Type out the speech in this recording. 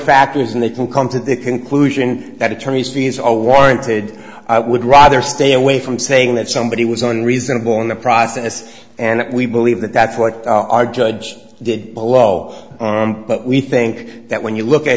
factors and they can come to the conclusion that attorneys fees are warranted i would rather stay away from saying that somebody was on reasonable in the process and we believe that that's what our judge did below but we think that when you look at